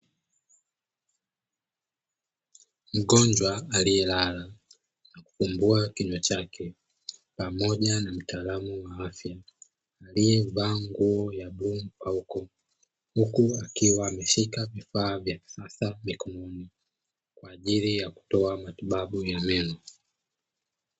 Mgonjwa aliyelala na kufunua kichwa chake pamoja na mtaalamu wa afya ndiye aliyevaa nguo ya bluu mpauko, huku akiwa ameshika vifaa vya kisasa mkononi kwa ajili ya kutoa matibabu ya meno.